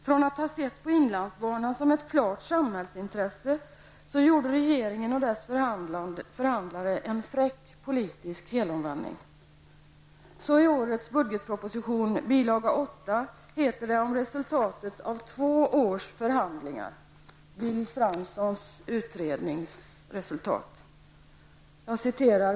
Från att ha sett på inlandsbanan som ett klart samhällsintresse gjorde regeringen och dess förhandlare en fräck politisk genomvändning. I årets budgetproposition, bil. 8, kommenteras resultatet av två års förhandlingar, dvs. Bill Franssons utredningsresultat.